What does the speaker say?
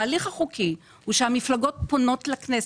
ההליך החוקי הוא שהמפלגות פונות לכנסת,